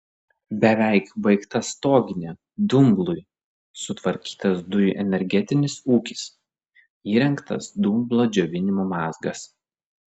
beveik baigta stoginė dumblui sutvarkytas dujų energetinis ūkis įrengtas dumblo džiovinimo mazgas